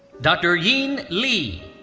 dr. yin li,